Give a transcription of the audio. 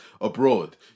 abroad